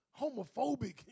homophobic